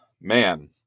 man